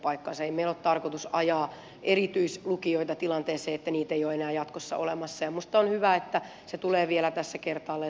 ei meillä ole tarkoitus ajaa erityislukioita tilanteeseen että niitä ei ole enää jatkossa olemassa ja minusta on hyvä että se tulee vielä tässä kertaalleen todettua